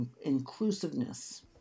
inclusiveness